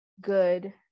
good